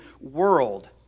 world